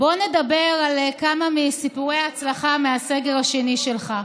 בואו נדבר על כמה מסיפורי ההצלחה מהסגר השני שלך.